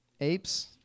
apes